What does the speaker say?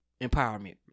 empowerment